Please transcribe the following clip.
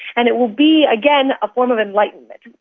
and it will be, again, a form of enlightenment.